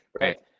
right